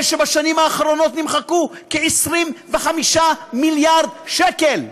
שבשנים האחרונות נמחקו כ-25 מיליארד שקל.